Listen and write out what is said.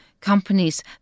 Companies